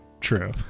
true